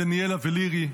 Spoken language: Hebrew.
דניאלה ולירי,